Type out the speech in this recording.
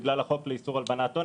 בגלל החוק לאיסור הלבנת הון.